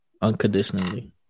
unconditionally